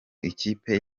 ikipe